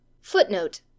Footnote